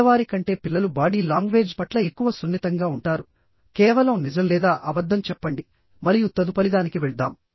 పెద్దవారి కంటే పిల్లలు బాడీ లాంగ్వేజ్ పట్ల ఎక్కువ సున్నితంగా ఉంటారు కేవలం నిజం లేదా అబద్ధం చెప్పండి మరియు తదుపరిదానికి వెళ్దాం